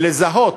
ולזהות,